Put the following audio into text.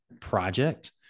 Project